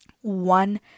one